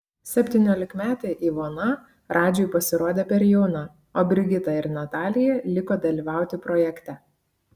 septyniolikmetė ivona radžiui pasirodė per jauna o brigita ir natalija liko dalyvauti projekte